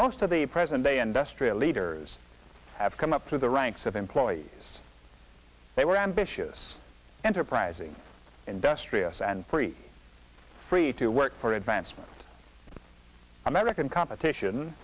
most of the present day industrial leaders have come up through the ranks of employees they were ambitious enterprising industrious and free free to work for advancement american competition